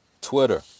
Twitter